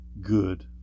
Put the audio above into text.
good